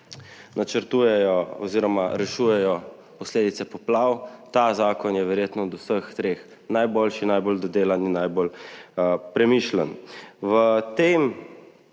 vlade, ki rešujejo posledice poplav. Ta zakon je verjetno od vseh treh najboljši, najbolj dodelan in najbolj premišljen. V tem